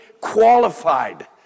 qualified